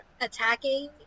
attacking